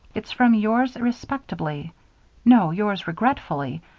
it's from yours respectably no, yours regretfully,